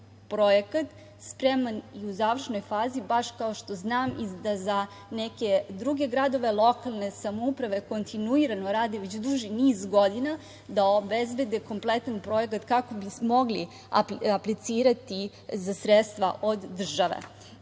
projekat spreman i u završnoj fazi baš kao što znam i da za neke druge gradove, lokalne samouprave kontinuirano rade već duži niz godina da obezbede kompletan projekat kako bismo mogli aplicirati za sredstva od države.